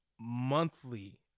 monthly